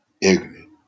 ignorant